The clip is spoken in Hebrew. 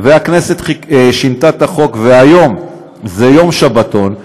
והכנסת שינתה את החוק והיום זה יום שבתון,